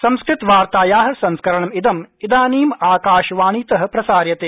संस्कृतवार्ताया संस्करणमिदं इदानीं आकाशवाणीत प्रसार्यते